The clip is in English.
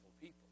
people